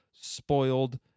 spoiled